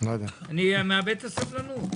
אני מאבד את הסבלנות.